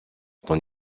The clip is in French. ton